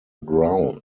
ground